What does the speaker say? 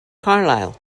carlyle